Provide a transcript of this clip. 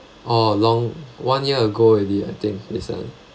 uh long one year ago already I think this one